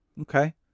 Okay